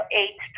eight